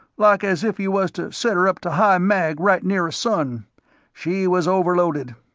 like as if you was to set her up to high mag right near a sun she was overloaded.